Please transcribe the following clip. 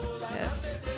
Yes